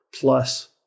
plus